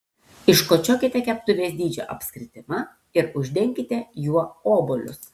iškočiokite keptuvės dydžio apskritimą ir uždenkite juo obuolius